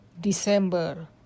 december